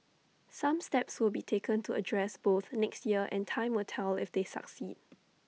some steps will be taken to address both next year and time will tell if they succeed